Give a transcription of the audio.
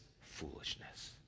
foolishness